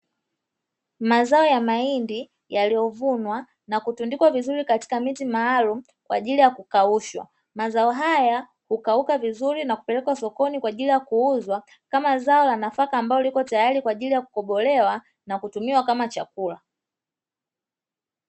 Mazao ya mahindi yaliyovunwa na kutundikwa vizuri katika miti maalumu kwa ajili ya kukaushwa, mazao haya hukauka vizuri na kupelekwa sokoni kwa ajili ya kuuzwa kama zao la nafaka ambalo lipo tayari kwa ajili ya kukobolewa na kutumika kama chakula.